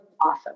awesome